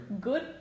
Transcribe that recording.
Good